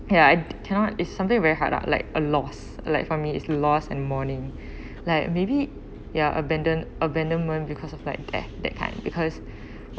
ya I cannot it's something very hard lah like a loss like for me is loss and mourning like maybe ya abandon abandonment because of like death that kind because